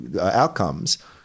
outcomes